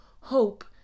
Hope